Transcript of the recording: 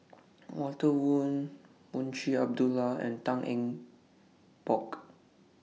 Walter Woon Munshi Abdullah and Tan Eng Bock